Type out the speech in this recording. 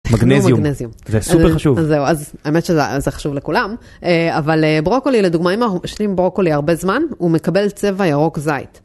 מגנזיום, זה סופר חשוב, זהו, אז, האמת שזה חשוב לכולם, אבל ברוקולי, לדוגמא, אם אנחנו מבשלים ברוקולי הרבה זמן, הוא מקבל צבע ירוק זית.